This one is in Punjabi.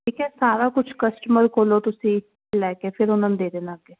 ਠੀਕ ਹੈ ਸਾਰਾ ਕੁਝ ਕਸਟਮਰ ਕੋਲੋਂ ਤੁਸੀਂ ਲੈ ਕੇ ਫਿਰ ਉਹਨਾਂ ਨੂੰ ਦੇ ਦੇਣਾ